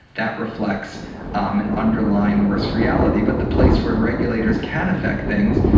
that reflects an underlying worse reality. but the place where regulators can affect things,